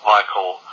Michael